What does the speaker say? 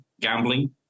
gambling